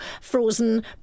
frozen